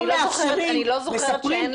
אני לא זוכרת שאין לה את הזכות הזאת.